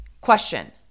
question